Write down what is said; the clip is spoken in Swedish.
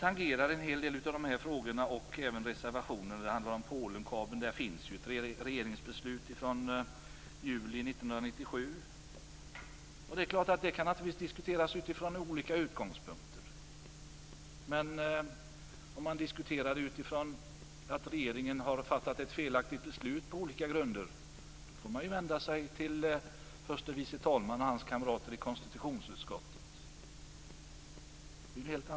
tangerar ett regeringsbeslut från juli 1997. Det är klart att den frågan kan diskuteras från olika utgångspunkter. Om man diskuterar med utgångspunkt i att regeringen på olika grunder har fattat ett felaktigt beslut, får man vända sig till förste vice talmannen och hans kamrater i konstitutionsutskottet.